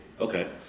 Okay